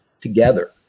together